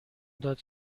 داد